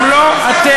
גם לא אתם,